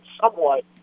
somewhat